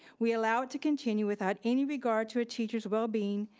we allow it to continue without any regard to a teacher's well being,